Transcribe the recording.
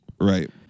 Right